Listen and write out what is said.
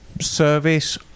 service